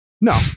No